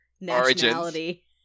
nationality